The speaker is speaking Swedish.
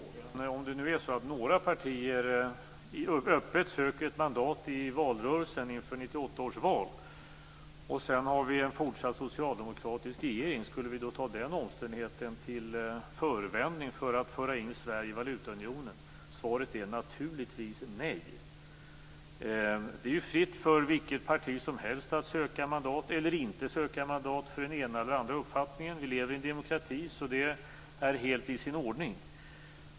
Herr talman! Om det nu är så att några partier öppet söker ett mandat i valrörelsen inför 1998 års val och vi sedan fortsatt kommer att ha en socialdemokratisk regering, skulle vi då ta den omständigheten som förevändning för att föra in Sverige i valutaunionen? Svaret är naturligtvis nej. Det är ju fritt för vilket parti som helst att söka mandat eller inte söka mandat för den ena eller den andra uppfattningen. Vi lever i en demokrati, så det är helt i sin ordning.